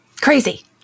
Crazy